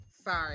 sorry